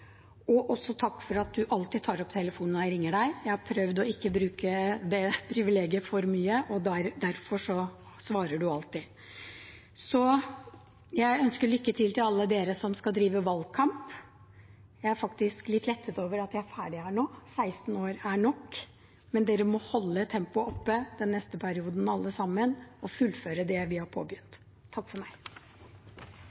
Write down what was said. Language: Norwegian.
også takke for at helseministeren alltid tar telefonen når jeg ringer ham – jeg har prøvd å ikke bruke det privilegiet for mye, og derfor svarer han alltid. Jeg ønsker lykke til til alle som skal drive valgkamp. Jeg er faktisk litt lettet over at jeg er ferdig her – 16 år er nok – men alle sammen må holde tempoet oppe den neste perioden og fullføre det vi har påbegynt.